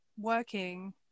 working